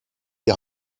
die